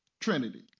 trinity